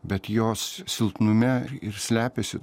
bet jos silpnume ir slepiasi